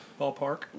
Ballpark